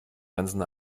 ganzen